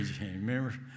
remember